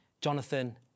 Jonathan